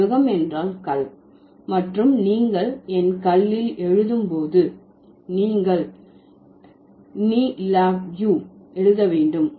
ஆய்வகம் என்றால் கல் மற்றும் நீங்கள் என் கல்லில் எழுதும் போது நீங்கள் ne lab u எழுத வேண்டும்